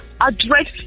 address